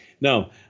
No